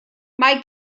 mae